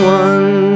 one